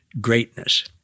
greatness